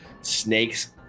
Snake's